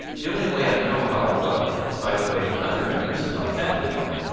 the only way i know how i look is by the way the other members of my family look,